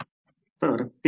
तर ते होऊ शकते